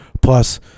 Plus